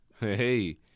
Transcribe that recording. Hey